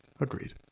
agreed